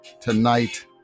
tonight